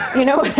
you know